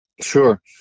Sure